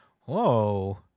Whoa